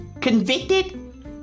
Convicted